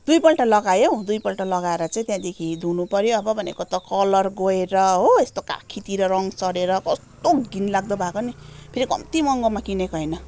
दुईपल्ट लगाएँ हौ दुईपल्ट लगाएर चाहिँ त्यहाँदेखि धुनु पऱ्यो अब भनेको त कलर गएर हो यस्तो काखीतिर रङ सरेर कस्तो घिनलाग्दो भएको नि फेरि कम्ति महँगोमा किनेको होइन